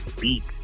beats